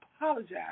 apologize